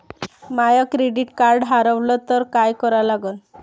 माय credit card हारवलं तर काय करा लागन?